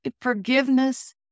Forgiveness